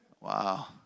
wow